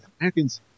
Americans